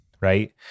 right